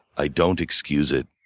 i don't excuse it,